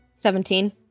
Seventeen